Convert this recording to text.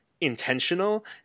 intentional